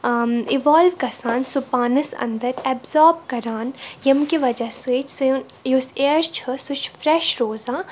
evolve گَژھان سُہ پانَس اَندَر ایٚبزاب کَران ییٚمہِ کہِ وَجہ سۭتۍ سون یۄس اِیر چھِ سُہ چھِ فرٛیٚش روزان